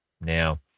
Now